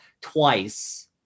twice